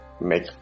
make